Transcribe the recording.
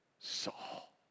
Saul